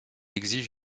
exige